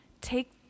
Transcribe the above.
take